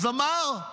אז אמר,